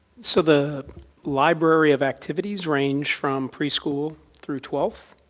so the library of activities range from preschool through twelfth,